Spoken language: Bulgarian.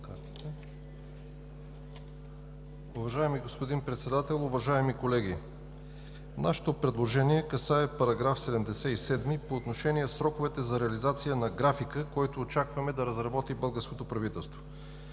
Уважаеми господин Председател, уважаеми колеги! Нашето предложение касае § 77 по отношение сроковете за реализация на графика, който очакваме да разработи българското правителство.